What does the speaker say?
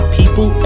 people